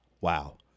wow